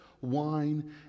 wine